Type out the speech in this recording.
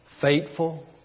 Faithful